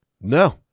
No